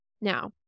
Now